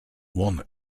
one